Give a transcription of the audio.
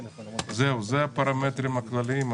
זהו, אלו הפרמטרים הכללים.